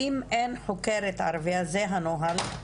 באם אין חוקרת ערבייה זה הנוהל?